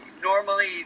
normally